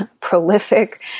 prolific